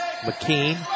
McKean